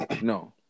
No